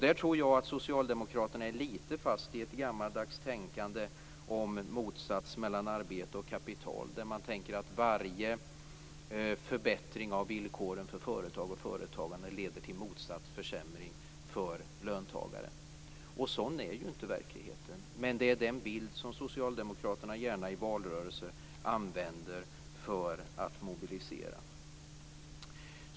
Där tror jag att Socialdemokraterna är lite fast i gammaldags tänkande om motsats mellan arbete och kapital där man tänker att varje förbättring av villkoren för företag och företagande leder till motsvarande försämring för löntagare. Sådan är ju inte verkligheten, men det är en bild som Socialdemokraterna gärna i valrörelser använder för att mobilisera.